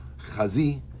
Chazi